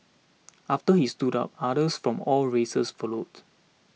after he stood up others from all races followed